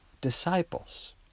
disciples